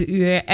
uur